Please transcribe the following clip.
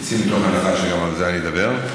תצאי מתוך הנחה שגם על זה אני אדבר.